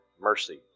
mercy